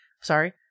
Sorry